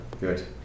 Good